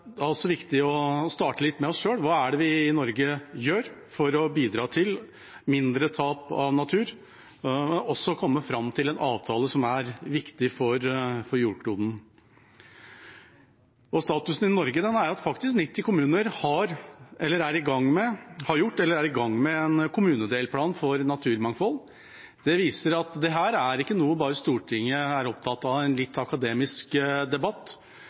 det er også viktig å starte litt med oss sjøl: Hva er det vi i Norge gjør for å bidra til mindre tap av natur og også komme fram til en avtale som er viktig for jordkloden? Statusen i Norge er at 90 kommuner har eller er i gang med en kommunedelplan for naturmangfold. Det viser at dette ikke bare er noe Stortinget er opptatt av i en litt akademisk debatt